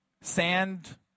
sand